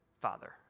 father